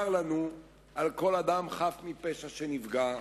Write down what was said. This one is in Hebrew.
צר לנו על כל אדם חף מפשע שנפגע,